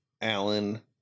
Allen